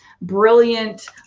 brilliant